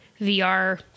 VR